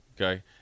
okay